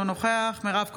אינו נוכח מירב כהן,